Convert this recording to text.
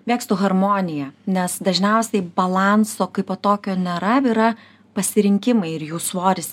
mėgstu harmoniją nes dažniausiai balanso kaipo tokio nėra yra pasirinkimai ir jų svoris